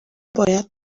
باید